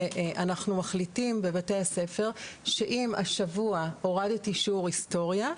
שאנחנו מחליטים בבתי הספר שאם השבוע הורדתי שיעור היסטוריה,